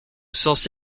sens